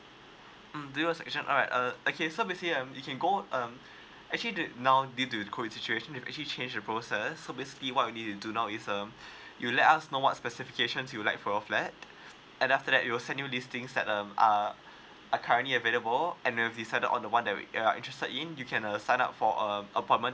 uh alright uh okay so basically um you can go um actually did now due to the COVID situation they actually change the process so basically what we need to do now is um you let us know what specifications you would like for your flat and after that we will send you listing that um uh are currently available and then you've decided on the one that you are interested in you can uh sign up for um appointment